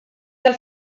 tal